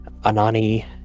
Anani